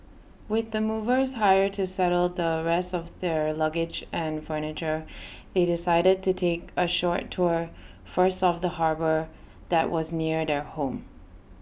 with the movers hired to settle the rest of their luggage and furniture they decided to take A short tour first of the harbour there was near their home